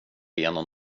igenom